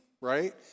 right